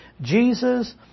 Jesus